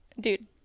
Dude